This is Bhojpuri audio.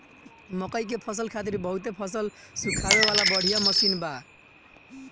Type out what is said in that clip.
मकई के फसल खातिर बहुते फसल सुखावे वाला बढ़िया मशीन बा